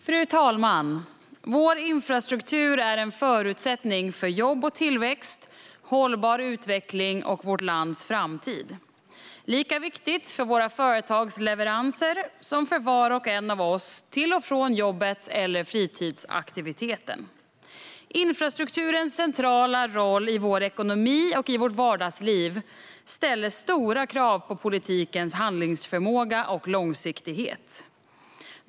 Fru talman! Vår infrastruktur är en förutsättning för jobb och tillväxt, hållbar utveckling och vårt lands framtid. Den är lika viktig för våra företags leveranser som för var och en av oss till och från jobbet eller fritidsaktiviteten. Infrastrukturens centrala roll i vår ekonomi och vårt vardagsliv ställer stora krav på politikens handlingsförmåga och långsiktighet.